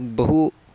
बहु